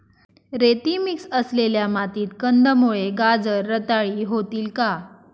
रेती मिक्स असलेल्या मातीत कंदमुळे, गाजर रताळी होतील का?